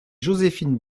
joséphine